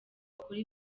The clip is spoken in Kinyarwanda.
bakore